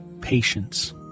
patience